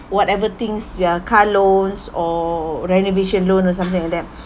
whatever things ya car loans or renovation loan or something like that